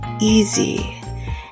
Easy